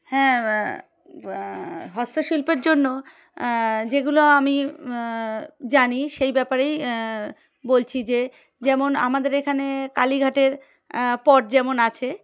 হ্যাঁ হস্তশিল্পের জন্য যেগুলো আমি জানি সেই ব্যাপারেই বলছি যে যেমন আমাদের এখানে কালীঘাটের পট যেমন আছে